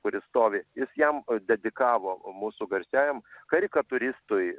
kuris stovi jis jam dedikavo mūsų garsiajam karikatūristui